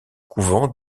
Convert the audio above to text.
couvent